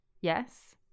Yes